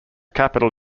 capital